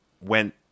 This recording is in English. went